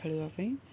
ଖେଳିବା ପାଇଁ